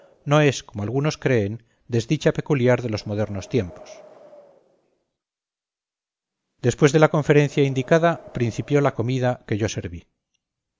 no es como algunos creen desdicha peculiar de los modernos tiempos después de la conferencia indicada principió la comida que yo serví